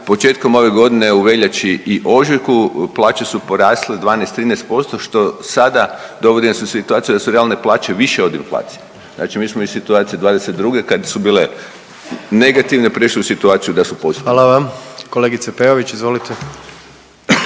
početkom ove godine u veljači i ožujku plaće su porasle 12-13% što sada dovodi nas u situaciju da su realne plaće više od inflacije. Znači mi smo iz situacije '22. kad su bile negativne prešli u situaciju da su pozitivne. **Jandroković, Gordan